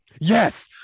yes